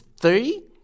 three